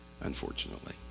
Unfortunately